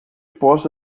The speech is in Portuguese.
posso